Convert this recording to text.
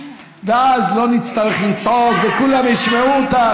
ואז לא נצטרך לצעוק וכולם ישמעו אותך.